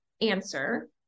answer